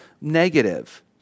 negative